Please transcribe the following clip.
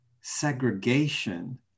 segregation